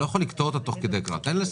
חשוב להגיד לגבי הוספת המילים "על ידי